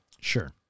Sure